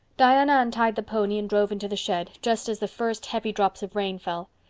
diana untied the pony and drove into the shed, just as the first heavy drops of rain fell.